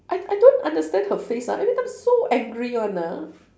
I I don't understand her face ah every time so angry one ah